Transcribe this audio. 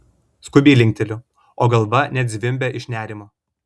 skubiai linkteliu o galva net zvimbia iš nerimo